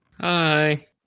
Hi